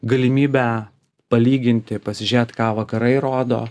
galimybę palyginti pasižiūrėt ką vakarai rodo